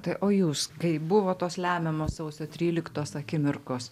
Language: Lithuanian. tai o jūs kai buvo tos lemiamos sausio tryliktos akimirkos